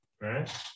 right